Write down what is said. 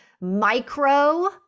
micro